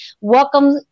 Welcome